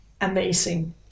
amazing